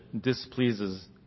displeases